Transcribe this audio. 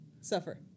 Suffer